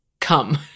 come